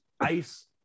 ice